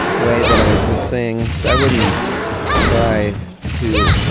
way that i would sing. i wouldn't try to.